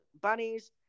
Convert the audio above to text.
Bunnies